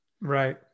Right